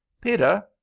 Peter